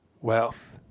wealth